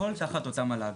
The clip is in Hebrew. הכול תחת אותה מל"ג.